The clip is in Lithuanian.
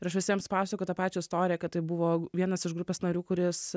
ir aš visiems pasakojau tą pačią istoriją kad tai buvo vienas iš grupės narių kuris